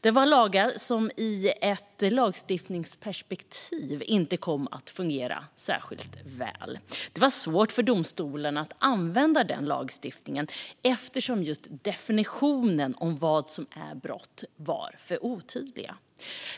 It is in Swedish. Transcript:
Det var lagar som i ett lagstiftningsperspektiv inte kom att fungera särskilt väl. Det var svårt för domstolarna att använda lagstiftningen eftersom definitionerna av brott var för otydliga.